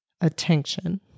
attention